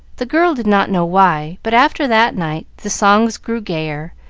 the girl did not know why, but after that night the songs grew gayer,